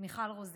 מיכל רוזין.